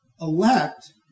elect